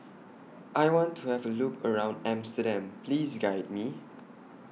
I want to Have A Look around Amsterdam Please Guide Me